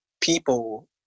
people